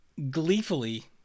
gleefully